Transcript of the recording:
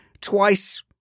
Twice